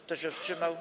Kto się wstrzymał?